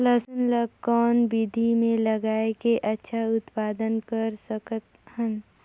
लसुन ल कौन विधि मे लगाय के अच्छा उत्पादन कर सकत हन?